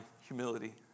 humility